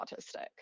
autistic